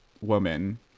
woman